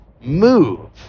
move